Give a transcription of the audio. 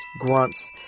grunts